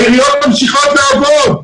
העיריות ממשיכות לעבוד.